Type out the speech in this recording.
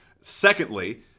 Secondly